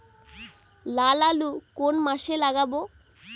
লাল আলু কোন মাসে লাগাব?